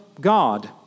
God